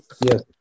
Yes